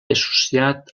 associat